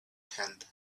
tent